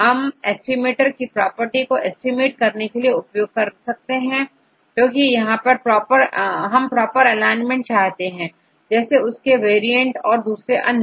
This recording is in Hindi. यह एस्टीमेटर की प्रॉपर्टी को एस्टीमेट करने के लिए उपयोग होने वाली विधि है क्योंकि यहां पर हम प्रॉपर एलाइनमेंट चाहते हैं जैसे उसके वेरिएंट्स और अन्य